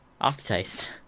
Aftertaste